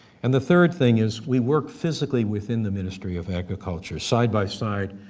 and the third thing is we work physically within the ministry of agriculture, side by side,